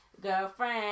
Girlfriend